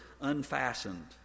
unfastened